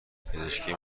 پزشکی